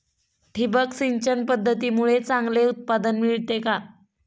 ठिबक सिंचन पद्धतीमुळे चांगले उत्पादन मिळते का?